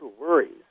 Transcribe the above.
worries